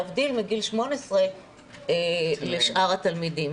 להבדיל מגיל 18 לשאר התלמידים.